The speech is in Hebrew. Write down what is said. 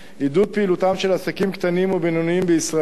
עידוד פעילותם של עסקים קטנים ובינוניים בישראל,